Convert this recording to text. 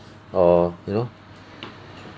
or you know